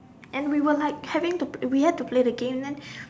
and we were like having we had to play the game then